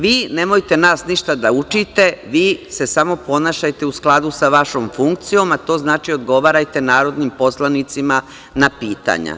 Vi nemojte ništa nas da učite, vi se samo ponašajte u skladu sa vašom funkcijom, a to znači odgovarajte narodnim poslanicima na pitanja.